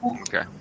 Okay